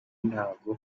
ntago